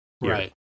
right